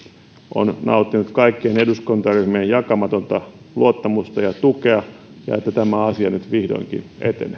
on nauttinut kaikkien eduskuntaryhmien jakamatonta luottamusta ja tukea ja että tämä asia nyt vihdoinkin